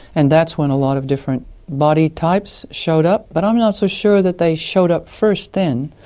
and that's when a lot of different body types showed up, but i'm not so sure that they showed up first then.